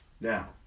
Now